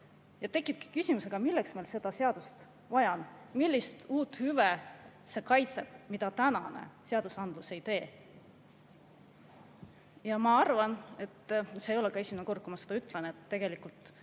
Tekibki küsimus, milleks meil seda seadust vaja on. Millist uut hüve see kaitseb, mida praegune seadusandlus ei tee? Ma arvan – see ei ole ka esimene kord, kui ma seda ütlen –, et me oleme